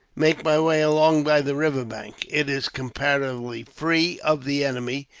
make my way along by the river bank. it is comparatively free of the enemy,